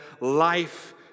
life